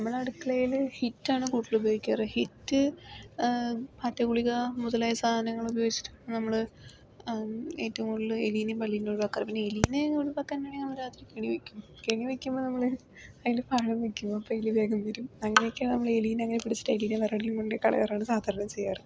നമ്മൾ അടുക്കളയിൽ ഹിറ്റ് ആണ് കൂടുതലും ഉപയോഗിക്കാറ് ഹിറ്റ് പാറ്റ ഗുളിക മുതലായ സാധനങ്ങൾ ഉപയോഗിച്ചിട്ടും നമ്മൾ ഏറ്റവും കൂടുതൽ എലിയെയും പല്ലിയെയും ഒഴിവാക്കാറു പിന്നെ എലിയെ ഒഴിവാക്കാൻ നമ്മൾ രാത്രി കെണി വെക്കും കെണി വെക്കുമ്പോൾ നമ്മൾ അതിൽ പഴം വെക്കും അപ്പോൾ എലി വേഗം വരും അങ്ങനൊക്കെയാണ് നമ്മൾ എലിയെ അങ്ങനെ പിടിച്ചിട്ടു എലിയെ വേറെവിടെയെങ്കിലും കൊണ്ട് കളയാറാണ് സാധാരണ ചെയ്യാറ്